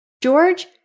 George